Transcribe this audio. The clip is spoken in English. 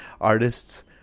artists